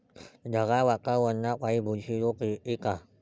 ढगाळ वातावरनापाई बुरशी रोग येते का?